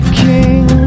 king